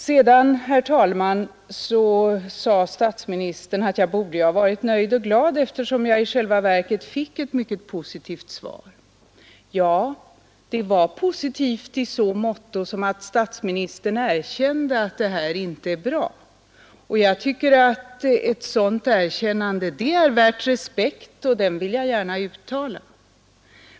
Statsministern sade vidare att jag borde ha varit nöjd och glad, eftersom jag i själva verket fick ett mycket positivt svar. Ja, det var positivt i så måtto att statsministern erkände att förhållandena inte är bra. Jag tycker att ett sådant erkännande är värt respekt, och den vill jag gärna uttala.